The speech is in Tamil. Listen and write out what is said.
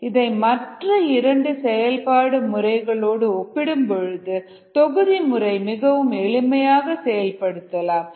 இதை மற்ற இரண்டு செயல்பாடு முறைகளோடு ஒப்பிடும் பொழுது தொகுதி முறையை மிகவும் எளிமையாக செயல்படுத்தலாம்